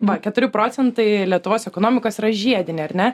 va keturi procentai lietuvos ekonomikos yra žiedinė ar ne